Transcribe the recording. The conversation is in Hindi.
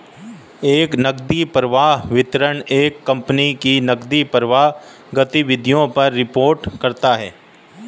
एक नकदी प्रवाह विवरण एक कंपनी की नकदी प्रवाह गतिविधियों पर रिपोर्ट करता हैं